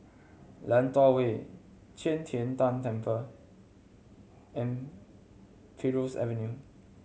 Lentor Way Qi Tian Tan Temple and Primrose Avenue